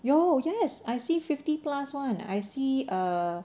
有 yes I see fifty plus one I see err